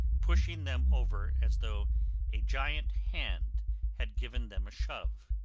pushing them over as though a giant hand had given them a shove.